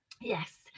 Yes